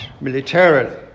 militarily